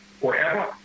forever